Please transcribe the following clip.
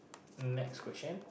next question